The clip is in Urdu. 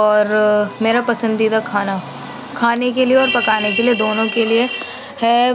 اور میرا پسندیدہ کھانا کھانے کے لیے اور پکانے کے لیے دونوں کے لیے ہے